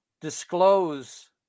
disclose